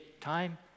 time